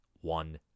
one